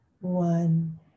one